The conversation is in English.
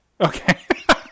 Okay